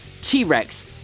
t-rex